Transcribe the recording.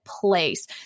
place